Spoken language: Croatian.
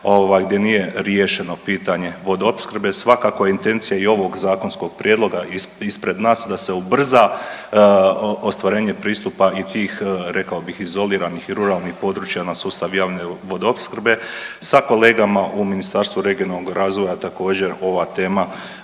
gdje nije riješeno pitanje vodoopskrbe, svakako je intencija i ovog zakonskog prijedloga ispred nas da se ubrza ostvarenje pristupa i tih, rekao bih, izoliranih ruralnih područja na sustav javne vodoopskrbe, sa kolegama u Ministarstvu regionalnog razvoja također, ova tema